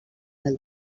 del